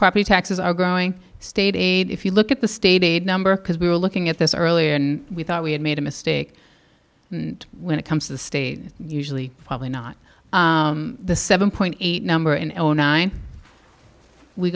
property taxes are growing state aid if you look at the state aid number because we were looking at this earlier and we thought we had made a mistake when it comes to the state usually probably not the seven point eight number in l nine we